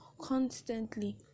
constantly